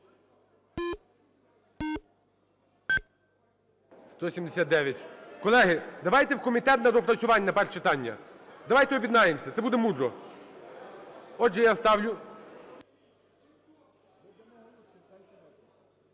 За-179 Колеги, давайте в комітет на доопрацювання на перше читання. Давайте об'єднаємось, це буде мудро. Отже, я ставлю…